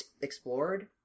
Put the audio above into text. explored